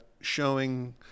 showing